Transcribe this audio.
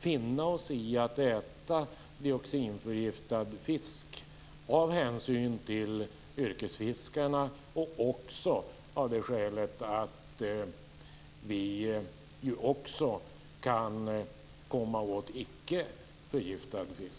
finna oss i att äta dioxinförgiftad fisk av hänsyn till yrkesfiskarna och av det skälet att vi också kan komma åt icke förgiftad fisk.